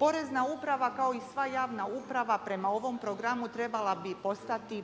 Porezna uprava kao i sva javna uprava prema ovom programu trebala bi postati